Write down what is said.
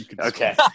Okay